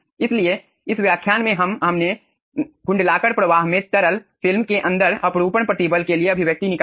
इसलिए इस व्याख्यान में हम हमने कुंडलाकार प्रवाह में तरल फिल्म के अंदर अपरूपण प्रतिबल के लिए अभिव्यक्ति निकाली है